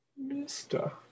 mister